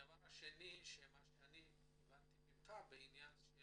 הדבר השני שאני הבנתי ממך בעניין של